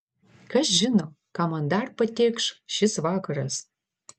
kas žino ką man dar patėkš šis vakaras